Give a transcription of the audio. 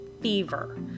fever